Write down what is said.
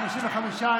55,